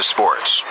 Sports